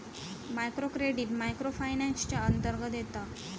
micro credit micro finance च्या अंतर्गत येता